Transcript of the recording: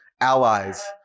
allies